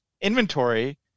inventory